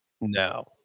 No